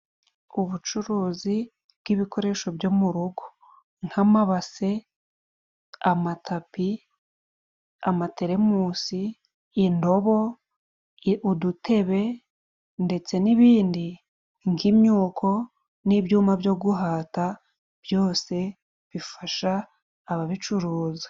Ubucuruzi bw'ibikoresho byo mu rugo. nk'amabase, amatapi, amateremosi, indobo, udutebe ndetse n'ibindi nk'imyuko n'ibyuma byo guhata, byose bifasha ababicuruza.